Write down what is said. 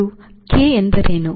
ಮತ್ತು ಕೆ ಎಂದರೇನು